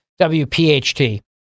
WPHT